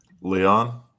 Leon